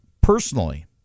personally